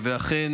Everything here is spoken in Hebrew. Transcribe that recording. אכן,